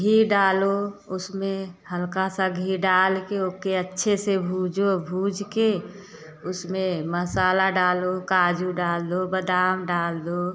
घी डालो उसमें हलका सा घी डाल के ओके अच्छे से भूनों भून के उसमें मसाला डालो काजू डाल दो बादाम डाल दो